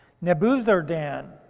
Nebuchadnezzar